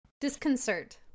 Disconcert